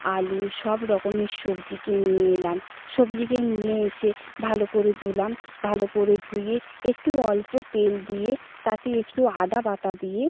আলু সব রকমের সবজিকে নিয়ে এলাম সবজিকে নিয়ে এসে ভালো করে ধুলাম ভালো করে ধুয়ে একটু অল্প তেল দিয়ে তাতে একটু আদা বাটা দিয়ে